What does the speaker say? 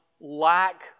lack